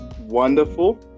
wonderful